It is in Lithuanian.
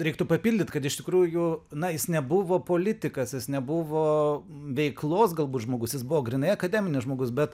reiktų papildyt kad iš tikrųjų na jis nebuvo politikas jis nebuvo veiklos galbūt žmogus jis buvo grynai akademinis žmogus bet